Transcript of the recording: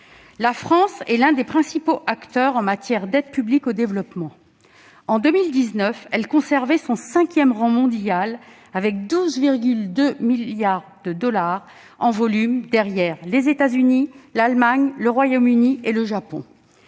La France est l'un des principaux acteurs en matière d'aide publique au développement. En 2019, elle conservait son cinquième rang mondial avec 12,2 milliards de dollars en volume, derrière les États-Unis, l'Allemagne, le Royaume-Uni et le Japon.